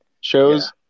shows